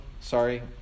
Sorry